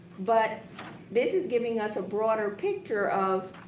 but this is giving us a broader picture of